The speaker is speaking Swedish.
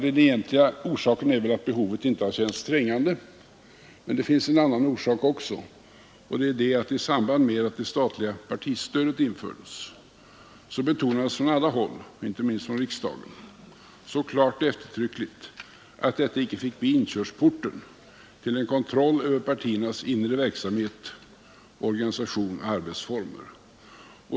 Den egentliga orsaken är väl att behovet inte har känts trängande, men det finns också en annan orsak, nämligen att det i samband med att det statliga partistödet infördes klart och eftertryckligt betonades från alla håll — inte minst från riksdagen — att detta icke finge bli inkörsporten till en kontroll över partiernas inre verksamhet, organisation och arbetsformer.